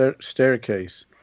staircase